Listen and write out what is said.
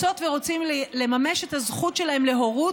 רוצות ורוצים לממש את הזכות שלהם להורות,